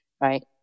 right